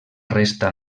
resta